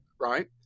right